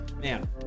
Man